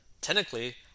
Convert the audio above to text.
technically